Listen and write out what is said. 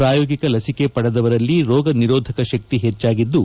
ಪ್ರಾಯೋಗಿಕ ಲಸಿಕೆ ಪಡೆದವರಲ್ಲಿ ರೋಗನಿರೋಧಕ ಶಕ್ತಿ ಹೆಚ್ಚಾಗಿದ್ದು